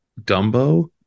Dumbo